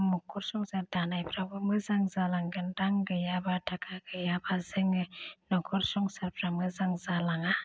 नखर संसार दानायफ्रावबो मोजां जालांगोन रां गैयाबा थाखा गैयाबा जोङो नखर संसारफ्रा मोजां जालाङा